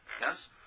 yes